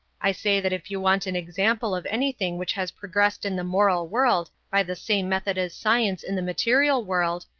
i say that if you want an example of anything which has progressed in the moral world by the same method as science in the material world,